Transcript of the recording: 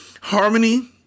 Harmony